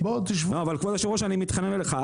אבל כבוד היושב ראש אני מתחנן אליך,